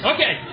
Okay